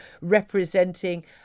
representing